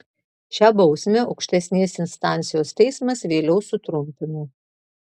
šią bausmę aukštesnės instancijos teismas vėliau sutrumpino